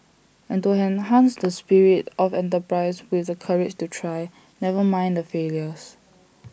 and to enhance the spirit of enterprise with the courage to try never mind the failures